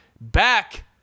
back